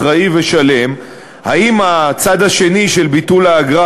אחראי ושלם אם הצד השני של ביטול האגרה